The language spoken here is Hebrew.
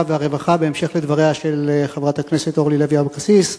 בהמשך לדבריה של חברת הכנסת אורלי לוי אבקסיס,